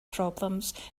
problems